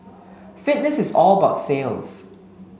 fitness is all about sales